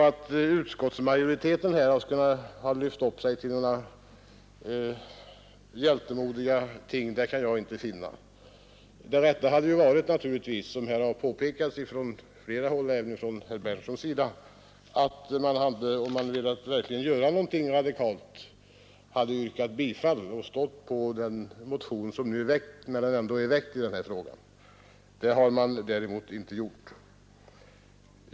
Att utskottsmajoriteten här skulle ha lyft upp sig till några hjältem odiga ting kan jag alltså inte finna. Det rätta hade naturligtvis varit, som här har påpekats från flera håll, även av herr Berndtson i Linköping, om man verkligen velat göra någonting radikalt, att man hade yrkat bifall till den motion som nu är väckt i denna fråga. Det har man inte gjort.